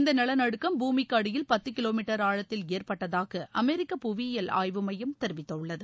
இந்த நிலநடுக்கம் பூமிக்கு அடியில் பத்துகிலோமீட்டர் ஆழத்தில் ஏற்பட்டதாக அமெரிக்க புவியியல் ஆய்வு மையம் தெரிவித்துள்ளது